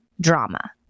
drama